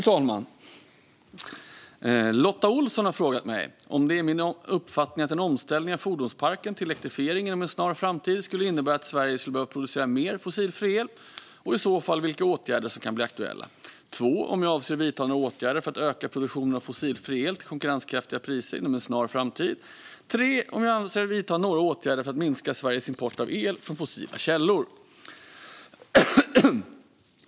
Herr talman! Lotta Olsson har frågat mig följande: Är det min uppfattning att en omställning av fordonsparken till elektrifiering inom en snar framtid skulle innebära att Sverige skulle behöva producera mer fossilfri el och, i så fall, vilka åtgärder kan då bli aktuella? Avser jag att vidta några åtgärder för att öka produktionen av fossilfri el till konkurrenskraftiga priser inom en snar framtid? Avser jag att vidta några åtgärder för att minska Sveriges import av el från fossila källor?